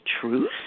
truth